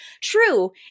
True